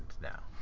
now